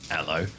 Hello